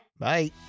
Bye